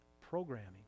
programming